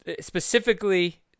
specifically